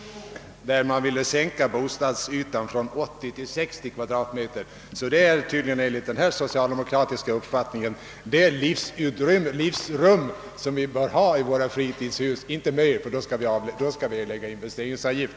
Man ville för dessa sänka bostadsytan från 80 till 60 kvadratmeter. Det är tydligen enligt socialdemokratisk uppfattning det livsrum vi bör ha i våra fritidshus — inte mer, ty i så fall skall vi betala investeringsavgift.